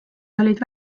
olid